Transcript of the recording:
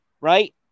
Right